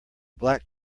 black